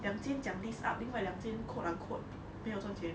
两间讲 lease up 另外两间 quote unquote 没有赚钱